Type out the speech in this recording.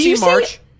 March